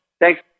Thanks